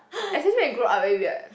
especially when you grow up very weird